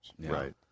Right